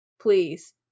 please